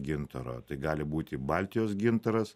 gintaro tai gali būti baltijos gintaras